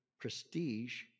prestige